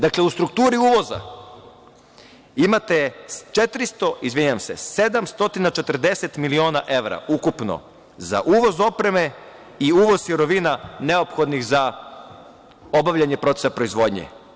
Dakle, u strukturi uvoza imate 740 miliona evra ukupno za uvoz opreme i uvoz sirovina neophodnih za obavljanje procesa proizvodnje.